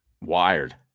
wired